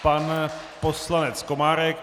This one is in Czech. Pan poslanec Komárek.